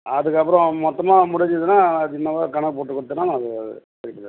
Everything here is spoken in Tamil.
அதுக்கப்புறம் மொத்தமாக முடிஞ்சிதுன்னா அது என்னவோ கணக்கு போட்டு கொடுத்தனா நான் அது பே பண்ணிடுறேன்